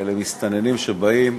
אלה מסתננים שבאים